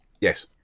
Yes